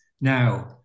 now